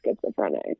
schizophrenic